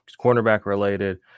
cornerback-related